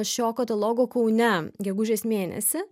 šio katalogo kaune gegužės mėnesį